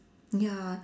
ya